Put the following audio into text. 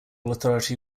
authority